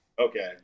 Okay